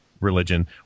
religion